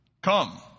come